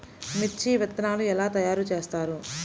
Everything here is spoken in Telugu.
మిర్చి విత్తనాలు ఎలా తయారు చేస్తారు?